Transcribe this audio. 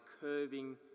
curving